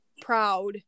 proud